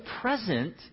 present